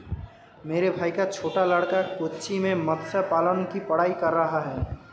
मेरे भाई का छोटा लड़का कोच्चि में मत्स्य पालन की पढ़ाई कर रहा है